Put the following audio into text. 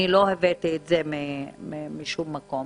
אני לא הבאתי את זה משום מקום,